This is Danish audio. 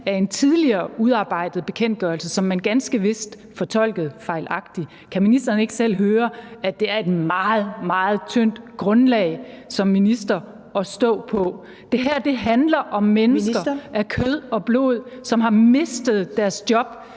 for en tidligere udarbejdet bekendtgørelse, som man ganske vist fortolkede fejlagtigt. Kan ministeren ikke selv høre, at det er et meget, meget tyndt grundlag som minister at stå på? Det her handler om mennesker af kød og blod, som har mistet deres job,